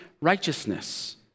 righteousness